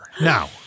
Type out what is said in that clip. now